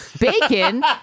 bacon